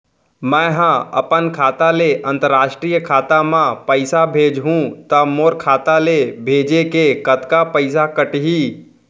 मै ह अपन खाता ले, अंतरराष्ट्रीय खाता मा पइसा भेजहु त मोर खाता ले, भेजे के कतका पइसा कटही?